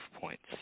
points